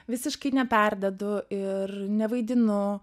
visiškai neperdedu ir nevaidinu